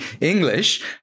English